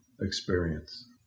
experience